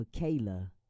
Michaela